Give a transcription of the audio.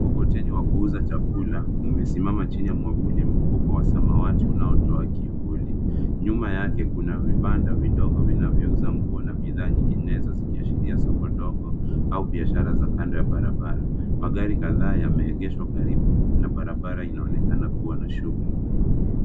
Mkokoteni wa kuuza chakula umesimama chini ya mwavuli mkubwa wa samawati unaotoa kivuli. Nyuma yake kuna vibanda vidogo vinavyo uza nguo na bidhaa nyinginezo zikiashiria soko dogo au biashara za kando ya barabara. Magari kadhaa yame egeshwa karibu na barabara inaonekana kuwa na shughuli.